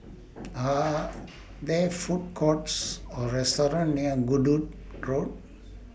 Are There Food Courts Or restaurants near Goodwood Road